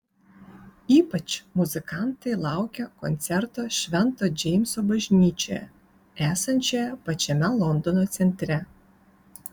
ypač muzikantai laukia koncerto švento džeimso bažnyčioje esančioje pačiame londono centre